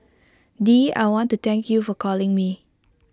dee I want to thank you for calling me